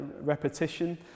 repetition